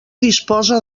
disposa